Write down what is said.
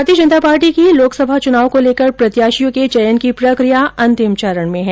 भारतीय जनता पार्टी की लोकसभा चुनाव को लेकर प्रत्याशियों के चयन की प्रक्रियां अंतिम चरण में है